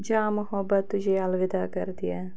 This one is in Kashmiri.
جا محبت تُجھے الوِدا کَر دِیا